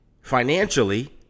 financially